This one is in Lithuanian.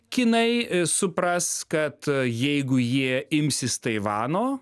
kinai supras kad jeigu jie imsis taivano